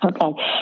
Okay